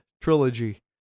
trilogy